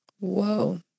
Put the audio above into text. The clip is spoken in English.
Whoa